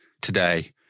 today